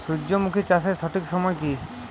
সূর্যমুখী চাষের সঠিক সময় কি?